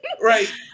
Right